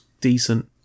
decent